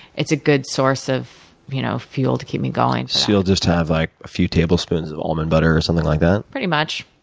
it's a good source of you know fuel to keep me going. so, you'll just have a like few tablespoons of almond butter, or something like that? pretty much.